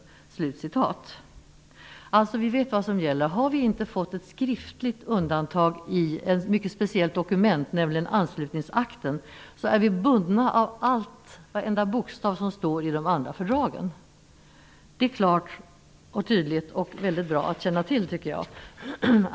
Det här sist angivna stycket är det viktigaste. Vi vet vad som gäller. Om vi inte har fått ett skriftligt undantag i ett mycket speciellt dokument, Anslutningsakten, är vi bundna av varenda bokstav i de andra fördragen. Det är klart och tydligt och mycket bra att känna till.